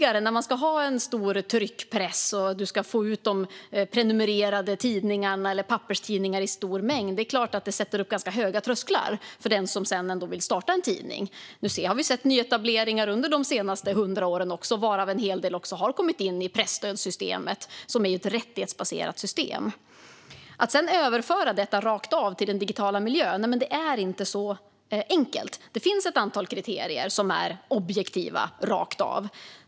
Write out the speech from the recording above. När man ska ha en stor tryckpress och få ut papperstidningar till prenumeranter i stor mängd, som det var tidigare, är det klart att det sätter upp ganska höga trösklar för den som vill starta en tidning. Men vi har sett nyetableringar under de senaste hundra åren, varav en hel del också har kommit in i presstödssystemet, som är ett rättighetsbaserat system. Att sedan överföra detta rakt av till den digitala miljön är inte så enkelt. Det finns ett antal kriterier som är objektiva rakt av.